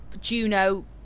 juno